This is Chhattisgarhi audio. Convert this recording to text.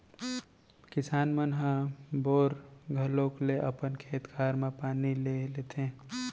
किसान मन ह बोर घलौक ले अपन खेत खार म पानी ले लेथें